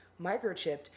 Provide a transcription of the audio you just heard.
microchipped